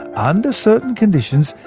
under certain conditions,